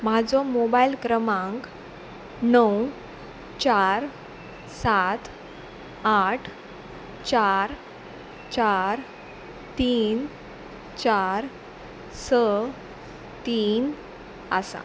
म्हाजो मोबायल क्रमांक णव चार सात आठ चार चार तीन चार स तीन आसा